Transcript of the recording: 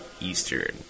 Eastern